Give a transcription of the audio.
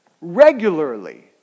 regularly